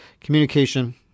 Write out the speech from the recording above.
Communication